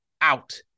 out